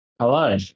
Hello